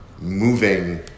moving